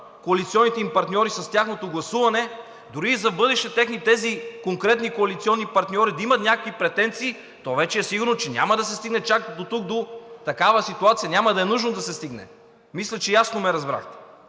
коалиционните им партньори, с тяхното гласуване, дори и за в бъдеще тези конкретни коалиционни партньори да имат някакви претенции, то вече е сигурно, че няма да се стигне чак дотук, до такава ситуация, няма да е нужно да се стигне. Мисля, че ясно ме разбрахте.